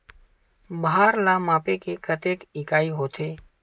भार ला मापे के कतेक इकाई होथे?